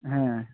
হ্যাঁ